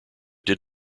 did